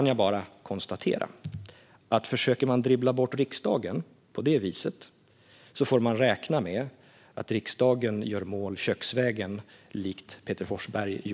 Jag kan konstatera att om man försöker dribbla bort riksdagen på det viset får man räkna med att riksdagen gör mål köksvägen, likt Peter Forsberg.